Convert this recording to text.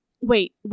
Wait